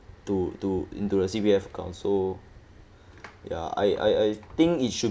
to to into the C_P_F account so ya I I I think it should